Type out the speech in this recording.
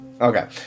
okay